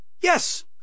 Yes